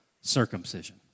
circumcision